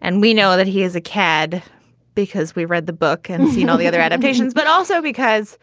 and we know that he is a cad because we read the book and you know, the other adaptations, but also because